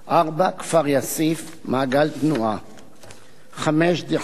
4. כפר-יאסיף, מעגל תנועה, 5. דיר-חנא,